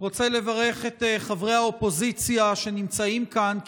אני רוצה לברך את חברי האופוזיציה שנמצאים כאן.